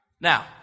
Now